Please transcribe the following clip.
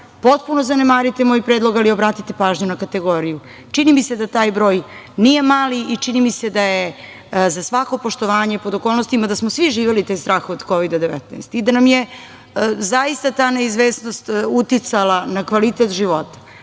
potpuno zanemariti moj predlog, ali obratite pažnju na kategoriju. Čini mi se da taj broj nije mali i čini mi se da je za svako poštovanje, pod okolnostima da smo svi živeli taj strah od Kovida-19 i da nam je zaista ta neizvesnost uticala na kvalitet života.